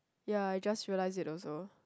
ya I just realise it also